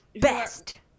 Best